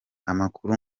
amakuru